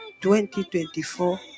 2024